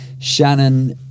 Shannon